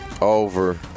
Over